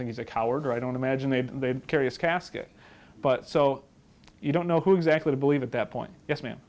think he's a coward i don't imagine they'd they'd carious casket but so you don't know who exactly to believe at that point yes ma'am